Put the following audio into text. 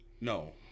No